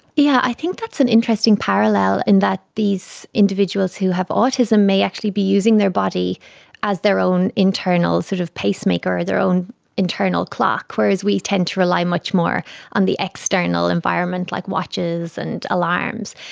yeah i think that's an interesting parallel in that these individuals who have autism may actually be using their body as their own internal sort of pacemaker, their own internal clock, whereas we tend to rely much more on the external environment, like watches and alarms.